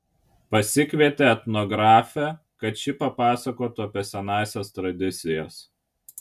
pasikvietė etnografę kad ši papasakotų apie senąsias tradicijas